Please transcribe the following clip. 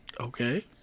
Okay